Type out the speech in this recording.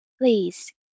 please